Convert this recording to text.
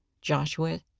Joshua